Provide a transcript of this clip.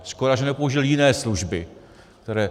Škoda, že nepoužil jiné služby, které...